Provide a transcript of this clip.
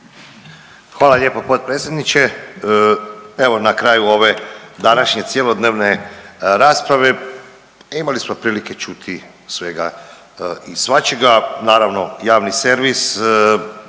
Hvala lijepo potpredsjedniče. Evo na kraju ove današnje cjelodnevne rasprave imali smo prilike čuti svega i svačega. Naravno javni servis